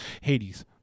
Hades